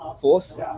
Force